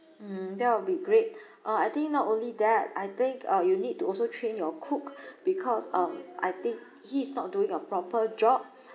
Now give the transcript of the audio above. mm that will be great uh I think not only that I think uh you need to also train your cook because um I think he is not doing a proper job